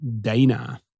Dana